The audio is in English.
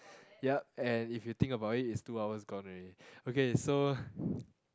ya and if you think about it is two hours gone already okay so